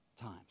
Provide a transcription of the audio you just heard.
times